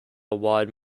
wide